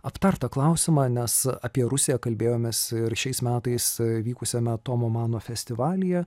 aptartą klausimą nes apie rusiją kalbėjomės ir šiais metais vykusiame tomo mano festivalyje